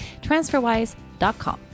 TransferWise.com